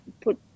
put